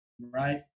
right